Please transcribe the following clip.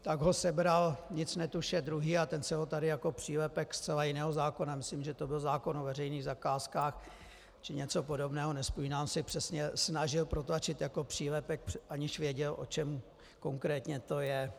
Tak ho sebral, nic netuše, druhý a ten se ho tady jako přílepek zcela jiného zákona, myslím že to byl zákon o veřejných zakázkách či něco podobného, nevzpomínám si přesně, snažil protlačit jako přílepek, aniž věděl, o čem konkrétně to je.